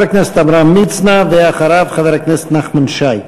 חבר הכנסת עמרם מצנע, ואחריו, חבר הכנסת נחמן שי.